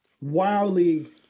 wildly